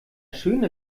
schöne